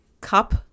cup